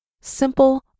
Simple